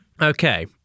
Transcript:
Okay